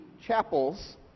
chapels